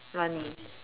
money